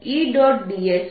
dSr12l0 છે